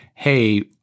hey